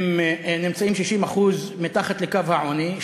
נמצאים, 60% מתחת לקו העוני.